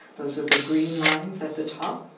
those are the green lines at the top.